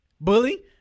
Bully